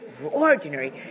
ordinary